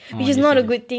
oh yes yes yes